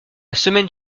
semaine